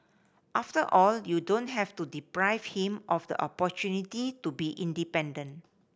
after all you don't have to deprive him of the opportunity to be independent